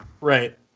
Right